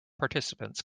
participants